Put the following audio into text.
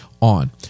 on